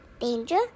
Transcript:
Danger